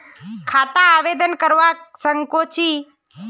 खाता आवेदन करवा संकोची?